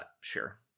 sure